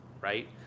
right